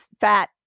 fat